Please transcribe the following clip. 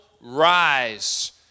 rise